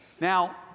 now